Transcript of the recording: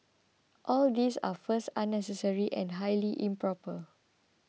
all these are first unnecessary and highly improper